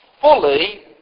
fully